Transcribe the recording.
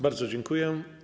Bardzo dziękuję.